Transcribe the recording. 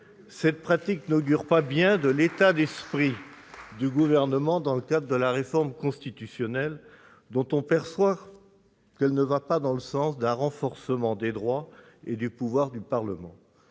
l'intérêt. Elle n'augure pas bien de l'état d'esprit du Gouvernement dans la perspective de la réforme constitutionnelle, dont on perçoit qu'elle ne va pas dans le sens d'un renforcement des droits et du pouvoir du Parlement.